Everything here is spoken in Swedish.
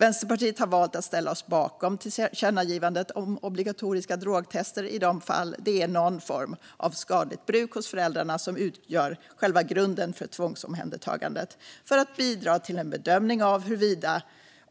Vänsterpartiet har valt att ställa sig bakom tillkännagivandet om obligatoriska drogtester i de fall det är någon form av skadligt bruk hos föräldrarna som utgör själva grunden för tvångsomhändertagandet, för att bidra till en bedömning av huruvida